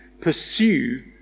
pursue